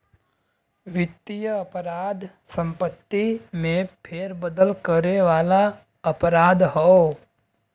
वित्तीय अपराध संपत्ति में फेरबदल करे वाला अपराध हौ